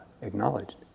acknowledged